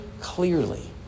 clearly